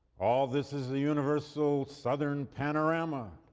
all this is a universal southern panorama,